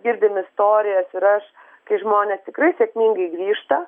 girdim istorijas ir aš kai žmonės tikrai sėkmingai grįžta